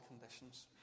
conditions